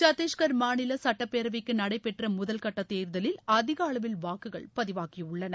சத்திஷ்கா் மாநில சுட்டப்பேரவைக்கு நடைபெற்ற முதல்கட்ட தேர்தலில் அதிக அளவில் வாக்குகள் பதிவாகியுள்ளன